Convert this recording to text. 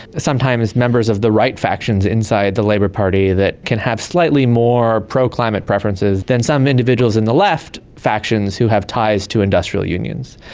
sometimes members of the right factions inside the labor party that can have slightly more pro-climate preferences than some individuals in the left factions who have ties to industrial unions.